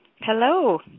Hello